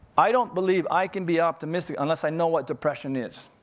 i don't believe i can be optimistic, unless i know what depression is.